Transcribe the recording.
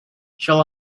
shall